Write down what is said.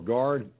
Guard